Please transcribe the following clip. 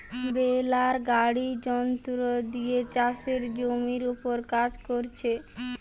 বেলার গাড়ি যন্ত্র দিয়ে চাষের জমির উপর কাজ কোরছে